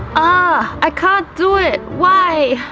ah, i can't do it! why?